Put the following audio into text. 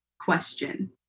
question